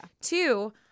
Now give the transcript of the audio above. Two